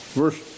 verse